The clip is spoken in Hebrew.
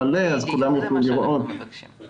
אני רוצה לפתוח בכמה נתונים ואקצר כי מיכל הציגה את